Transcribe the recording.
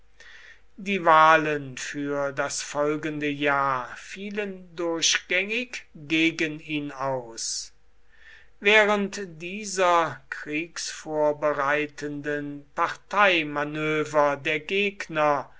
die wahlen für das folgende jahr fielen durchgängig gegen ihn aus während dieser kriegsvorbereitenden parteimanöver der gegner